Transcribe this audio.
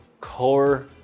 core